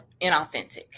inauthentic